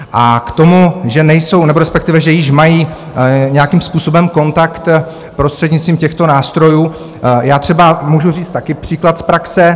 A k tomu, že nejsou, nebo respektive že již mají nějakým způsobem kontakt prostřednictvím těchto nástrojů já třeba můžu říct taky příklad z praxe.